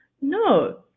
No